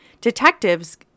Detectives